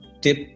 tip